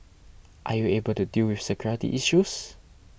are you able to deal with security issues